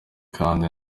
kandi